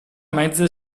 mezze